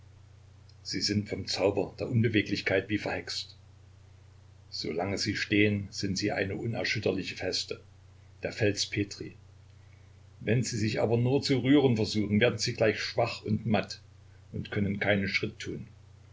sie sind vom zauber der unbeweglichkeit wie verhext solange sie stehen sind sie eine unerschütterliche feste der fels petri wenn sie sich aber nur zu rühren versuchen werden sie gleich schwach und matt und können keinen schritt tun